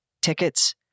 tickets